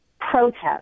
protest